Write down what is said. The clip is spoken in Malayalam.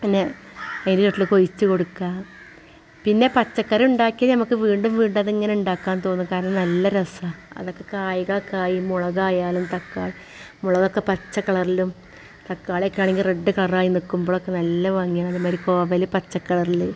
പിന്നെ അതിലെ ചുവട്ടിലേക്ക് ഒഴിച്ച് കൊടുക്കാൻ പിന്നെ പച്ചക്കറി ഉണ്ടാക്കി ഞമ്മക്ക് വീണ്ടും വീണ്ടും അതങ്ങനെ ഉണ്ടാക്കാൻ തോന്നും കാരണം നല്ല രസാ അതൊക്കെ കയിക മുളക് ആയാലും തക്കാളി ആയാ മുളക് ഒക്കെ പച്ച കളറിലും തക്കാളി ഒക്കെ ആണെങ്കിൽ റെഡ് കളർ ആയി നിൽക്കുമ്പോൾ ഒക്കെ നല്ല ഭംഗിയാണ് അതുമാതിരി കോവല് പച്ച കളറിൽ